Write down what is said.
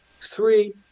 three